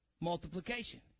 Multiplication